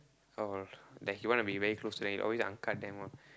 all then he want to be very close to them he always angkat them loh